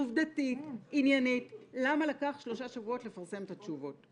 עובדתית ועניינית: למה לקח שלושה שבועות לפרסם את התשובות?